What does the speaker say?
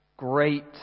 Great